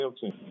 team